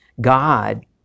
God